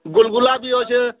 ଗୁଲ୍ଗୁଲା ବି ଅଛେ